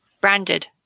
branded